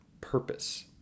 purpose